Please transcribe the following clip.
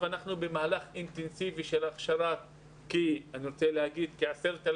אנחנו במהלך אינטנסיבי של הכשרה של כ-10,000